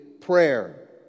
prayer